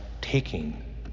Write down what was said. taking